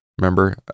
Remember